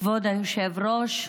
כבוד היושב-ראש,